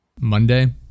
Monday